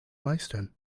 meistern